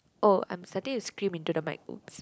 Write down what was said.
oh I'm starting to scream into the mic oops